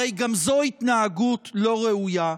הרי גם זו התנהגות לא ראויה.